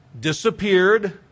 Disappeared